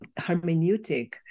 hermeneutic